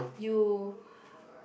you